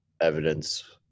evidence